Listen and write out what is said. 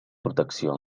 protecció